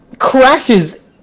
crashes